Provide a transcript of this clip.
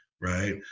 right